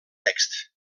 texts